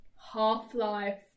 Half-Life